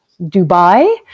Dubai